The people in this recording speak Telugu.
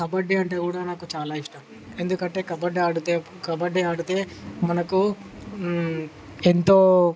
కబడ్డీ అంటే కూడా నాకు చాలా ఇష్టం ఎందుకంటే కబడ్డీ ఆడితే కబడ్డీ ఆడితే మనకు ఎంతో